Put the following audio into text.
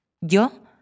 Yo